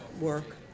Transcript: work